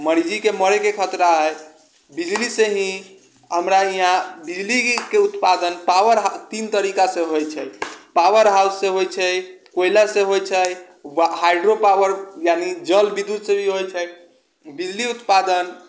मरीजके मरै खतरा हइ बिजलीसँ ही हमरा इहाँ बिजलीके उत्पादन पावर हऽ तीन तरीकासँ होइ छै पावर हाउससँ होइ छै कोइलासँ होइ छै हाइड्रो पावर यानी जल विद्युतसँ भी होइ छै बिजली उत्पादन